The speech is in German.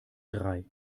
drei